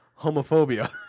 homophobia